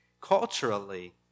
culturally